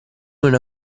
una